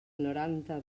noranta